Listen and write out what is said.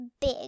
Big